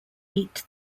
beat